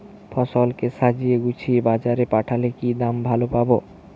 ফসল কে সাজিয়ে গুছিয়ে বাজারে পাঠালে কি দাম ভালো পাব?